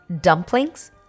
dumplings